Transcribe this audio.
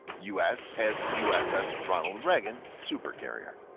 u s has uss ronald reagan supercarrier.